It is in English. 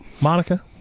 Monica